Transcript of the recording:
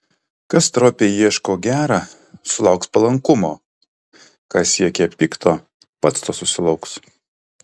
kas stropiai ieško gera sulauks palankumo kas siekia pikto pats to susilauks